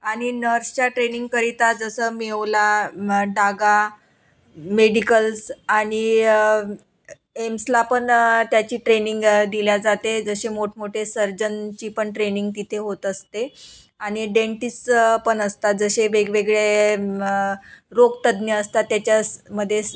आणि नर्सच्या ट्रेनिंग करिता जसं मेओला डागा मेडिकल्स आणि एम्सला पण त्याची ट्रेनिंग दिले जाते जसे मोठमोठे सर्जनची पण ट्रेनिंग तिथे होत असते आणि डेंटिस्टस पण असतात जसे वेगवेगळे रोगतज्ञ असतात त्याच्यामध्ये स